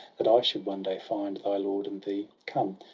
that i should one day find thy lord and thee. come,